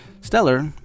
Stellar